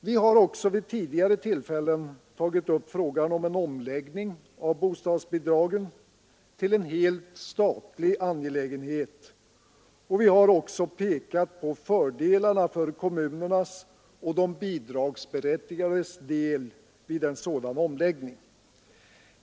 Vi har också vid tidigare tillfällen tagit upp frågan om en sådan omläggning av bostadsbidragen att de skulle bli en helt statlig angelägenhet, och vi har även pekat på fördelarna för kommunernas och de bidragsberättigades del med en sådan omläggning.